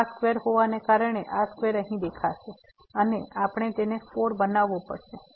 તો આ સ્ક્વેર હોવાને કારણે આ સ્ક્વેર અહીં દેખાશે અને આપણે તેને 4 બનાવવું પડશે